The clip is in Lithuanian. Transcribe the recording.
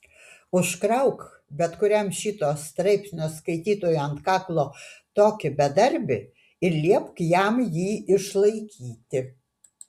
užkrauk bet kuriam šito straipsnio skaitytojui ant kaklo tokį bedarbį ir liepk jam jį išlaikyti